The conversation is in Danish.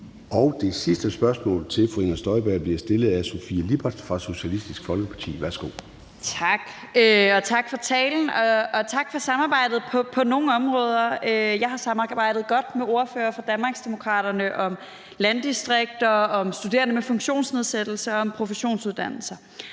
Det sidste spørgsmål til fru Inger Støjberg bliver stillet af Sofie Lippert fra Socialistisk Folkeparti. Værsgo. Kl. 13:44 Sofie Lippert (SF): Tak, tak for talen, og tak for samarbejdet på nogle områder. Jeg har samarbejdet godt med ordførere for Danmarksdemokraterne om landdistrikter, om studerende med funktionsnedsættelser og om professionsuddannelser.